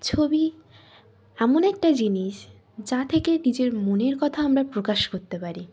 ছবি এমন একটা জিনিস যা থেকে নিজের মনের কথা আমরা প্রকাশ করতে পারি